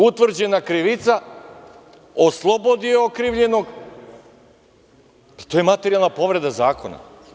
Utvrđena krivica, oslobodi okrivljenog i to je materijalna povreda zakona.